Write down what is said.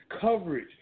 coverage